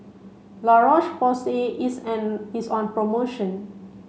La Roche Porsay is an is on promotion